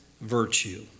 virtue